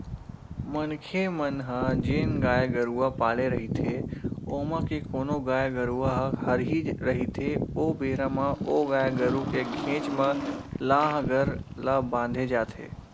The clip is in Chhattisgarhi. मनखे मन ह जेन गाय गरुवा पाले रहिथे ओमा के कोनो गाय गरुवा ह हरही रहिथे ओ बेरा म ओ गाय गरु के घेंच म लांहगर ला बांधे जाथे